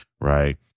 right